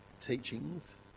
teachings